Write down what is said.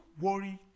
worry